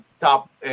top